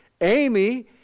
amy